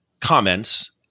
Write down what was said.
comments